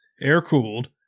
air-cooled